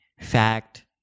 fact